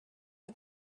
for